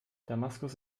damaskus